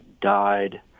died